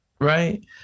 Right